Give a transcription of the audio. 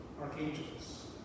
archangels